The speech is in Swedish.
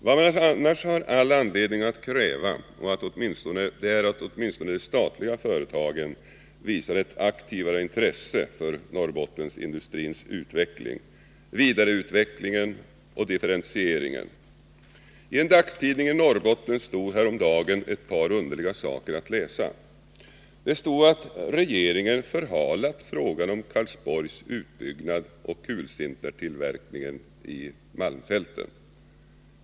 Vad man annars har all anledning att kräva är att åtminstone de statliga företagen visar ett aktivare intresse för Norrbottensindustrins utveckling — vidareutvecklingen och differentieringen. I en dagstidning i Norrbotten stod häromdagen ett par underliga saker att Nr 42 läsa. Det stod att regeringen förhalat frågan om Karlsborgs utbyggnad och Måndagen den kulsintertillverkningen i malmfälten.